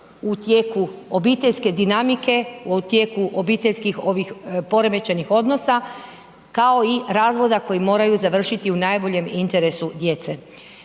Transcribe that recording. u tijeku obiteljske dinamike, u tijeku obiteljskih ovih poremećajnih odnosa kao i razvoda koji moraju završiti u najboljem interesu djece.